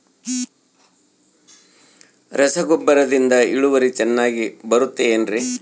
ರಸಗೊಬ್ಬರದಿಂದ ಇಳುವರಿ ಚೆನ್ನಾಗಿ ಬರುತ್ತೆ ಏನ್ರಿ?